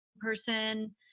person